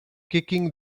kicking